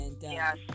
yes